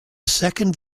second